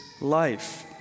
life